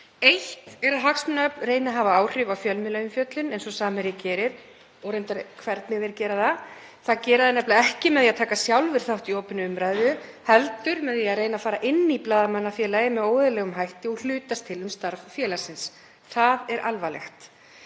Eitt er að hagsmunaöfl reyni að hafa áhrif á fjölmiðlaumfjöllun, eins og Samherji gerir og reyndar hvernig þeir gera það. Það gera þeir nefnilega ekki með því að taka sjálfir þátt í opinni umræðu heldur með því að reyna að fara inn í Blaðamannafélagið með óeðlilegum hætti og hlutast til um starf félagsins. Það er alvarlegt.